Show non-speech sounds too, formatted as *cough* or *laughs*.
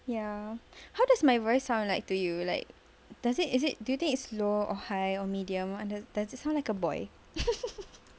ya how does my voice sound like to you like does it is it do you think it's low or high or medium or does does it sound like a boy *laughs*